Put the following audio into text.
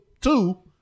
two